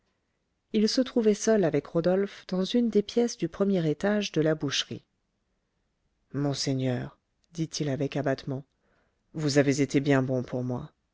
il se trouvait seul avec rodolphe dans une des pièces du premier étage de la boucherie monseigneur dit-il avec abattement vous avez été bien bon pour moi